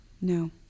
No